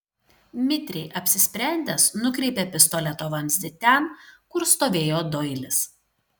mitriai apsisprendęs nukreipė pistoleto vamzdį ten kur stovėjo doilis